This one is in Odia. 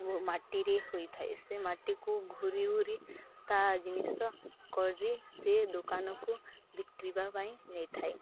ଓ ମାଟିରେ ହୋଇଥାଏ ସେ ମାଟିକୁ ଘୂରି ଘୂରି ତା ଜିନିଷ କରି ସେ ଦୋକାନକୁ ବିକିବା ପାଇଁ ନେଇଥାଏ